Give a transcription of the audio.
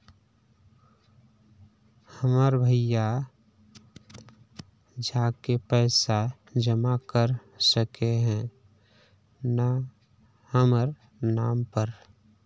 हमर भैया जाके पैसा जमा कर सके है न हमर नाम पर?